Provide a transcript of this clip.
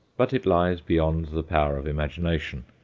but it lies beyond the power of imagination.